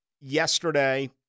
yesterday